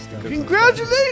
Congratulations